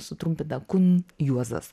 sutrumpina kun juozas